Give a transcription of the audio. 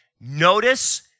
notice